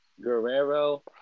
Guerrero